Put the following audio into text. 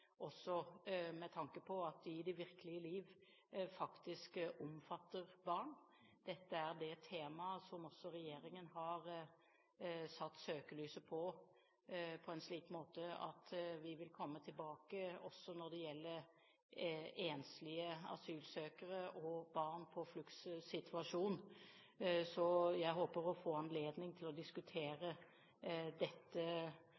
også med tanke på at de i det virkelige liv faktisk omfatter barn. Dette er et tema som også regjeringen har satt søkelyset på, og vi vil også komme tilbake til det når det gjelder enslige mindreårige asylsøkere og barn i en fluktsituasjon. Så jeg håper å få anledning til å